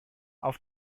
auf